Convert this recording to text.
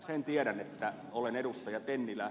sen tiedän että olemme ed